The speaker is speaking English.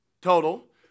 total